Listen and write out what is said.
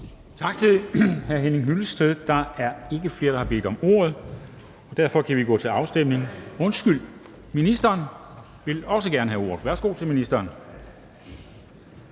Tak til hr. Henning Hyllested. Der er ikke flere, der har bedt om ordet, og derfor kan vi gå til afstemning. Undskyld, ministeren vil også gerne have ordet. Værsgo til ministeren.